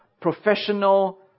professional